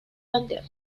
panteón